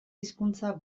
hizkuntza